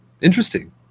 interesting